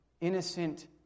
innocent